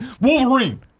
Wolverine